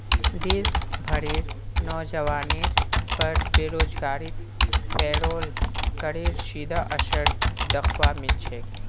देश भरेर नोजवानेर पर बेरोजगारीत पेरोल करेर सीधा असर दख्वा मिल छेक